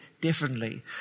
differently